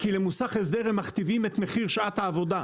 כי למוסך הסדר הם מכתיבים את מחיר שעת העבודה,